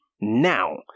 Now